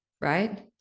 right